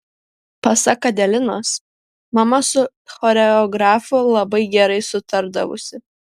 pasak adelinos mama su choreografu labai gerai sutardavusi